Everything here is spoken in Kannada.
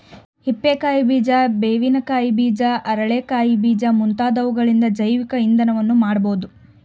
ಹಿಪ್ಪೆ ಕಾಯಿ ಬೀಜ, ಬೇವಿನ ಕಾಯಿ ಬೀಜ, ಅರಳೆ ಕಾಯಿ ಬೀಜ ಮುಂತಾದವುಗಳಿಂದ ಜೈವಿಕ ಇಂಧನವನ್ನು ಮಾಡಬೋದು